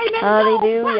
Hallelujah